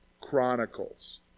Chronicles